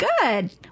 Good